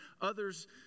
Others